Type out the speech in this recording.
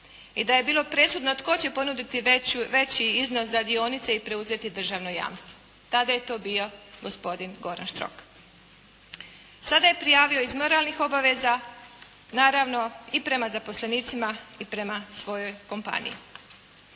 i da je bilo presudno tko će ponuditi veći iznos za dionice i preuzeti državno jamstvo, tada je to bi gospodin Goran Štrok. Sada je prijavio iz moralnih obaveza, naravno i prema zaposlenicima i prema svojoj kompaniji.